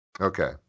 Okay